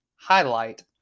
highlight